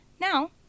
Now